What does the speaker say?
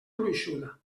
gruixuda